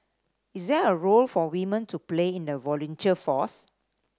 is there a role for women to play in the volunteer force